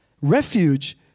Refuge